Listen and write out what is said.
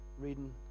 reading